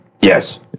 Yes